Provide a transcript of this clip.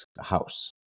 house